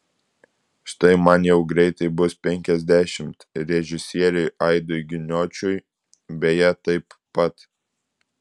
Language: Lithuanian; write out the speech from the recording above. štai man jau greitai bus penkiasdešimt režisieriui aidui giniočiui beje taip pat